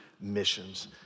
missions